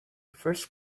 first